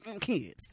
kids